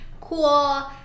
cool